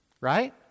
right